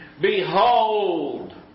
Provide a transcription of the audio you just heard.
Behold